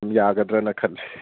ꯌꯥꯒꯗ꯭ꯔꯅ ꯈꯜꯂꯤ